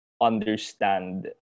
understand